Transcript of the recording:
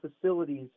facilities